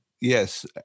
yes